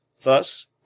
Thus